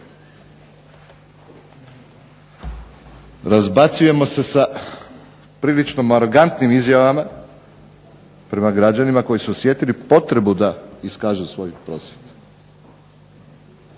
razbacujemo se sa prilično arogantnim izjavama prema građanima koji su osjetili potrebu da iskažu svoj prosvjed.